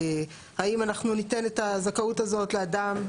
האם אנחנו ניתן את הזכאות הזאת לאדם,